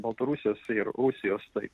baltarusijos ir rusijos taip